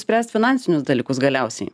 spręst finansinius dalykus galiausiai